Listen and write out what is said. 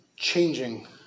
changing